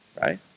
right